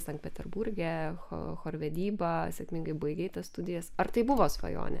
sankt peterburge cho chorvedyba sėkmingai baigei tas studijas ar tai buvo svajonė